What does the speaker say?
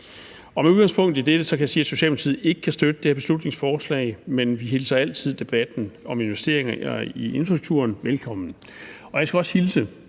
Med udgangspunkt i dette kan jeg sige, at Socialdemokratiet ikke kan støtte det her beslutningsforslag, men vi hilser altid debatten om investeringer i infrastrukturen velkommen. Jeg skal også hilse